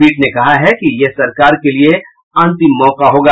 पीठ ने कहा कि यह सरकार के लिये अंतिम मौका होगा